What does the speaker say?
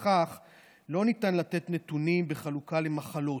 ולפיכך לא ניתן לתת נתונים בחלוקה למחלות.